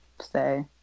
say